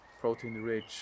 protein-rich